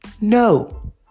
no